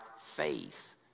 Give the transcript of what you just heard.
faith